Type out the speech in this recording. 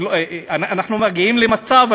אנחנו מגיעים למצב,